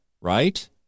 right